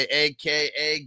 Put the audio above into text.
aka